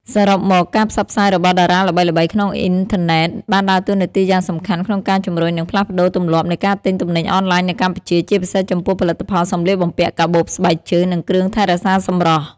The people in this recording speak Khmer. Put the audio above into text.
សរុបមក ការផ្សព្វផ្សាយរបស់តារាល្បីៗក្នុងអុីធឺណិតបានដើរតួនាទីយ៉ាងសំខាន់ក្នុងការជំរុញ និងផ្លាស់ប្តូរទម្លាប់នៃការទិញទំនិញអនឡាញនៅកម្ពុជា ជាពិសេសចំពោះផលិតផលសម្លៀកបំពាក់ កាបូប ស្បែកជើង និងគ្រឿងថែរក្សាសម្រស់។